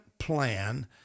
plan